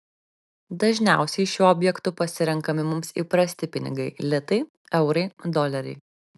dažniausiai šiuo objektu pasirenkami mums įprasti pinigai litai eurai doleriai